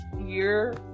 year